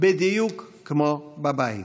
בדיוק כמו בבית: